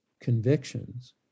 convictions